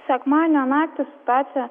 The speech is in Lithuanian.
sekmadienio naktį situacija